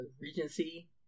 regency